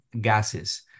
gases